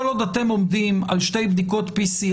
כל עוד אתם עומדים על שתי בדיקות PCR